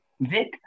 Vic